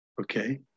okay